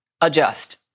Adjust